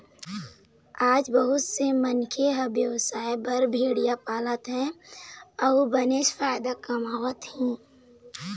आज बहुत से मनखे ह बेवसाय बर भेड़िया पालत हे अउ बनेच फायदा कमावत हे